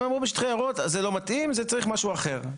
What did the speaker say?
הם אמרו: בשטחי יערות זה לא מתאים, צריך משהו אחר.